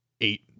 eight